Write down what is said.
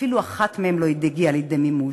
אפילו אחת מהן לא הגיעה לידי מימוש.